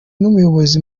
n’umuyobozi